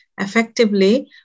effectively